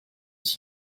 ich